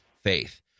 faith